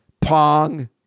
Pong